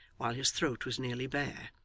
while his throat was nearly bare.